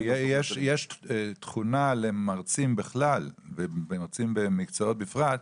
--- יש תכונה למרצים בכלל ומרצים במקצועות בפרט,